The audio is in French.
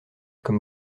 comme